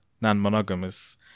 non-monogamous